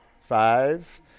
Five